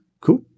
Cool